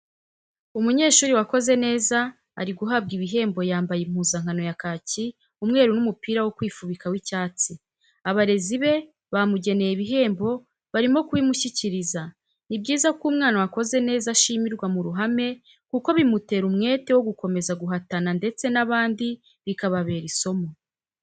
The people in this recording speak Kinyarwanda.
Umunyeshuri wakoze neza ari guhabwa ibihembo yambaye impuzankano ya kaki, umweru n'umupira wo kwifubika w'icyatsi, abarezi be bamugeneye ibihembo barimo kubimushyikiriza, ni byiza ko umwana wakoze neza ashimirwa mu ruhame kuko bimutera umwete wo gukomeza guhatana ndetse n'abandi bikababera isomo.